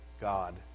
God